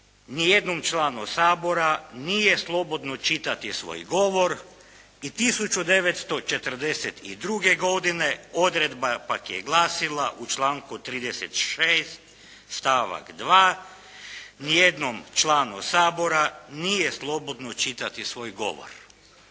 "Ni jednom članu Sabora nije slobodno čitati svoj govor.", i 1942. godine odredba pak je glasila: "U članku 36. stavak 2. ni jednom članu Sabora nije slobodno čitati svoj govor.".